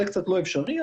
זה אפשרי.